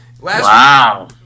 Wow